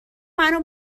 منو